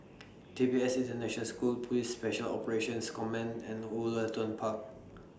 D P S International School Police Special Operations Command and Woollerton Park